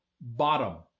Bottom